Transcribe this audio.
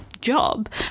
job